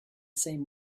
same